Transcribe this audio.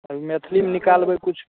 अभी मैथिलीमे निकालबै किछु